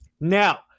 Now